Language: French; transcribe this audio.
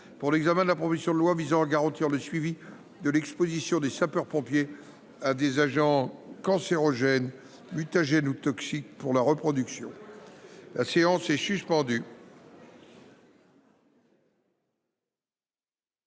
ont déposé une proposition de loi visant à garantir le suivi de l’exposition des sapeurs pompiers à des agents cancérogènes, mutagènes ou toxiques pour la reproduction. Cette